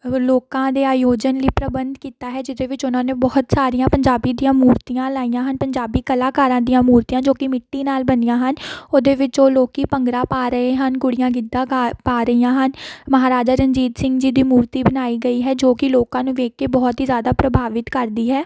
ਲੋਕਾਂ ਦੇ ਆਯੋਜਨ ਲਈ ਪ੍ਰਬੰਧ ਕੀਤਾ ਹੈ ਜਿਹਦੇ ਵਿੱਚ ਉਹਨਾਂ ਨੇ ਬਹੁਤ ਸਾਰੀਆਂ ਪੰਜਾਬੀ ਦੀਆਂ ਮੂਰਤੀਆਂ ਲਾਈਆਂ ਹਨ ਪੰਜਾਬੀ ਕਲਾਕਾਰਾਂ ਦੀਆਂ ਮੂਰਤੀਆਂ ਜੋ ਕਿ ਮਿੱਟੀ ਨਾਲ ਬਣੀਆਂ ਹਨ ਉਹਦੇ ਵਿੱਚ ਉਹ ਲੋਕ ਭੰਗੜਾ ਪਾ ਰਹੇ ਹਨ ਕੁੜੀਆਂ ਗਿੱਧਾ ਗਾ ਪਾ ਰਹੀਆਂ ਹਨ ਮਹਾਰਾਜਾ ਰਣਜੀਤ ਸਿੰਘ ਜੀ ਦੀ ਮੂਰਤੀ ਬਣਾਈ ਗਈ ਹੈ ਜੋ ਕਿ ਲੋਕਾਂ ਨੂੰ ਵੇਖ ਕੇ ਬਹੁਤ ਹੀ ਜ਼ਿਆਦਾ ਪ੍ਰਭਾਵਿਤ ਕਰਦੀ ਹੈ